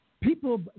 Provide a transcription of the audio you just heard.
People